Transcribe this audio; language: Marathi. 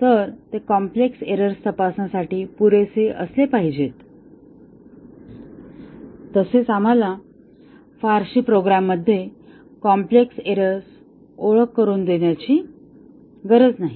तर ते कॉम्प्लेक्स एरर्स तपासण्यासाठी पुरेसे असले पाहिजेत तसेच आम्हाला फारशी प्रोग्राममध्ये कॉम्प्लेक्स एरर्स ओळख करून देण्याची गरज नाही